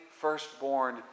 firstborn